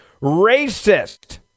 racist